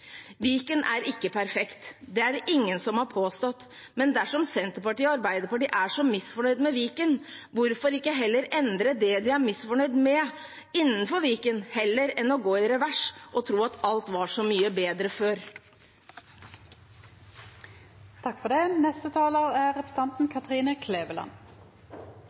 Viken er ikke perfekt, det er det ingen som har påstått, men dersom Senterpartiet og Arbeiderpartiet er så misfornøyd med Viken, hvorfor ikke heller endre det de er misfornøyd med innenfor Viken, heller enn å gå i revers og tro at alt var så mye bedre før?